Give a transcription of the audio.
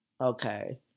okay